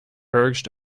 urged